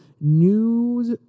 News